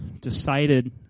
decided